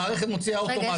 המערכת מוציאה אוטומטית.